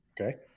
okay